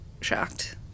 Shocked